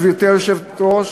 גברתי היושבת-ראש,